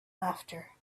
after